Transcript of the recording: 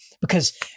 Because-